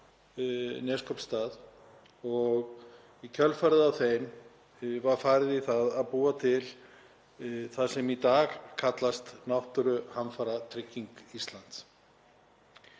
Neskaupstað og í kjölfarið á þeim var farið í að búa til það sem í dag kallast Náttúruhamfaratrygging Íslands.